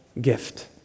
gift